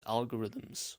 algorithms